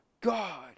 God